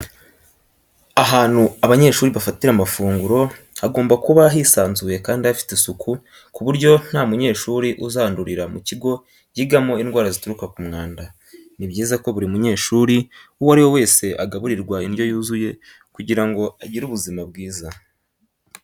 Ahantu abanyeshuri bafatira amafungura hagomba kuba hisanzuye kandi hafite n'isuku ku buryo nta munyeshuri uzandurira mu kigo yigamo indwara zituruka ku mwanda. Ni byiza ko buri munyeshuri uwo ari we wese agaburirwa indyo yuzuye kugira ngo agire ubuzima bwiza.